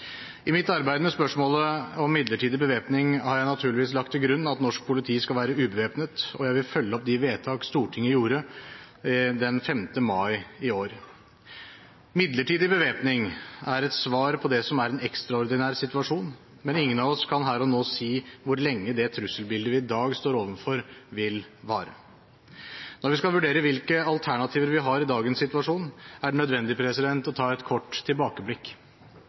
I mitt arbeid med spørsmålet om midlertidig bevæpning har jeg naturligvis lagt til grunn at norsk politi skal være ubevæpnet, og jeg vil følge opp de vedtak Stortinget gjorde den 5. mai i år. Midlertidig bevæpning er et svar på det som er en ekstraordinær situasjon, men ingen av oss kan her og nå si hvor lenge det trusselbildet vi i dag står overfor, vil vare. Når vi skal vurdere hvilke alternativer vi har i dagens situasjon, er det nødvendig å ta et kort tilbakeblikk.